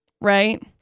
right